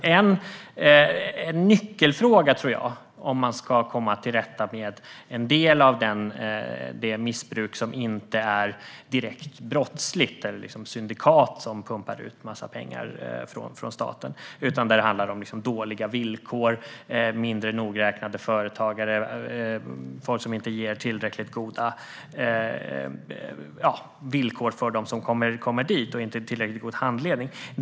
Det fackliga inflytandet är en nyckelfråga för om man ska komma till rätta med en del av det missbruk som handlar om dåliga villkor, mindre nogräknade företagare och folk som inte ger tillräckligt goda villkor för dem som kommer dit och som inte ger tillräckligt god handledning.